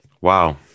Wow